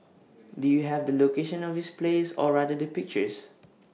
do you have the location of this place or rather the pictures